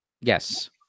Yes